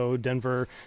Denver